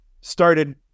started